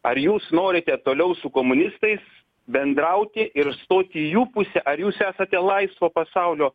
ar jūs norite toliau su komunistais bendrauti ir stoti į jų pusę ar jūs esate laisvo pasaulio